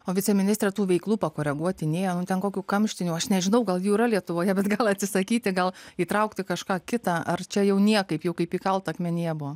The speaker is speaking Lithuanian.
o viceministre tų veiklų pakoreguoti nėjo nu ten kokių kamštinių aš nežinau gal jų yra lietuvoje bet gal atsisakyti gal įtraukti kažką kitą ar čia jau niekaip jau kaip įkalta akmenyje buvo